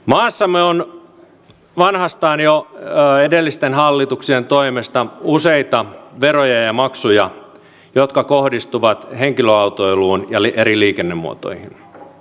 maassamme on vanhastaan jo edellisten hallituksien toimesta useita veroja ja maksuja jotka kohdistuvat henkilöautoiluun ja eri liikennemuotoihin